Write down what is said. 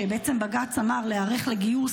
שבג"ץ אמר להם להיערך לגיוס,